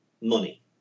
money